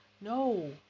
No